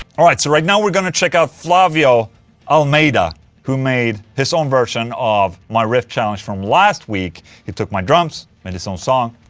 alright, so right now we're gonna check out flavio almeida who made his own version of my riff challenge from last week. he took my drums, made his own song.